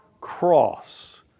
cross